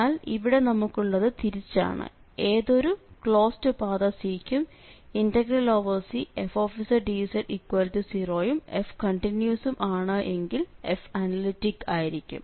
എന്നാൽ ഇവിടെ നമുക്കുള്ളത് തിരിച്ചാണ് ഏതൊരു ക്ലോസ്ഡ് പാത C ക്കും Cfzdz0 യും f കണ്ടിന്യൂസും ആണ് എങ്കിൽ f അനലിറ്റിക്ക് ആയിരിക്കും